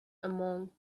among